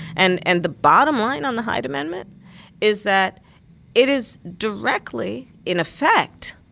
and and the bottom line on the hyde amendment is that it is directly, in effect,